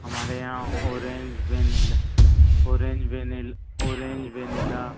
हमारे यहाँ orange vanilla orange vanilla orange vanilla